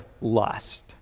lust